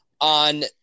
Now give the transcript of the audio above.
on